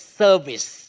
service